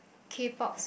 k-pop